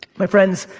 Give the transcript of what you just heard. my friends,